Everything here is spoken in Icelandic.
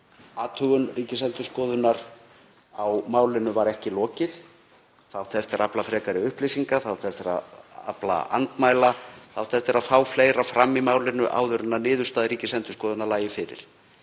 athugun Ríkisendurskoðunar á málinu var ekki lokið, það átti eftir að afla frekari upplýsinga, það átti eftir að afla andmæla, það átti eftir að fá fleira fram í málinu áður en niðurstaða Ríkisendurskoðunar lægi fyrir.